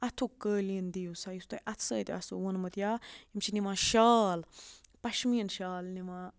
اَتھُک قٲلیٖن دِیِو سا یُس تۄہہِ اَتھٕ سۭتۍ آسیو ووٗنمُت یا یِم چھِ نِوان شال پَشمیٖن شال نِوان